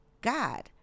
God